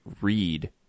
read